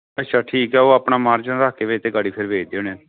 ਅੱਛਾ ਠੀਕ ਆ ਉਹ ਆਪਣਾ ਮਾਰਜਨ ਰੱਖ ਕੇ ਫਿਰ ਵੇਚਦੇ ਹੋਣੇ